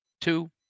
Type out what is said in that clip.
two